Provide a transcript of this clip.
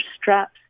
straps